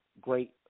great